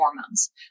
hormones